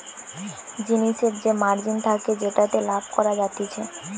জিনিসের যে মার্জিন থাকে যেটাতে লাভ করা যাতিছে